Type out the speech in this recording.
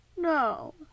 no